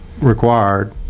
required